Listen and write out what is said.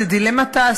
זו דילמת האסיר.